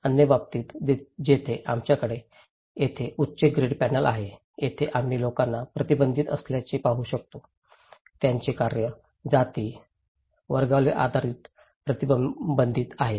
अन्य बाबतीत जिथे आमच्याकडे येथे उच्च ग्रीड पॅनेल आहे तेथे आम्ही लोकांना प्रतिबंधित असल्याचे पाहू शकतो त्यांचे कार्य जाती जाती वर्गावर आधारित प्रतिबंधित आहेत